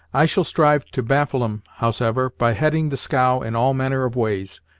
i shall strive to baffle em, howsever, by heading the scow in all manner of ways,